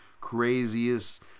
craziest